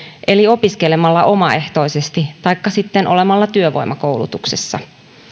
eli opiskelemalla omaehtoisesti taikka sitten olemalla työvoimakoulutuksessa